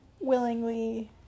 willingly